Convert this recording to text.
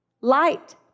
Light